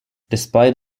despite